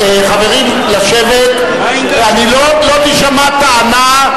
לא תישמע טענה,